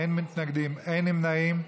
אין מתנגדים, אין נמנעים.